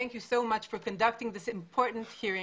אנו מודים לך על קיום הישיבה החשובה הזו,